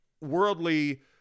worldly